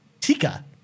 Tika